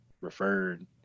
referred